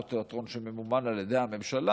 לא תיאטרון שממומן על ידי הממשלה,